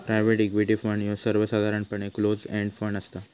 private equity fund ह्यो सर्वसाधारणपणे close end fund असता